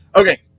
okay